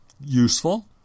useful